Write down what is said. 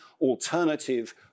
alternative